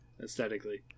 aesthetically